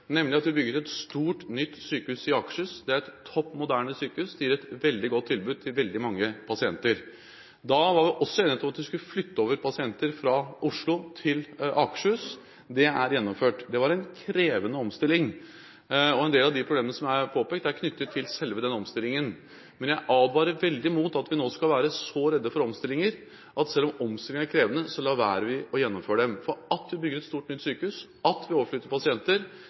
nemlig at vi bygde et stort, nytt sykehus i Akershus. Det er et topp moderne sykehus, det gir et veldig godt tilbud til veldig mange pasienter. Da var vi også enige om at vi skulle flytte over pasienter fra Oslo til Akershus. Det er gjennomført. Det var en krevende omstilling, og en del av de problemene som er påpekt, er knyttet til selve den omstillingen. Men jeg advarer veldig mot at vi nå skal være så redde for omstillinger at vi lar være å gjennomføre dem, selv om omstillinger er krevende. At det bygges et stort, nytt sykehus, at vi overflytter pasienter,